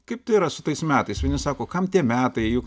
kaip tai yra su tais metais vieni sako kam tie metai juk